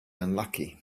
unlucky